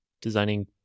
designing